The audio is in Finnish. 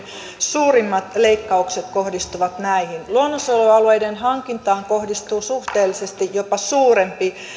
suurimmat leikkaukset kohdistuvat näihin luonnonsuojelualueiden hankintaan kohdistuu suhteellisesti jopa suurempi